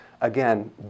Again